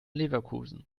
leverkusen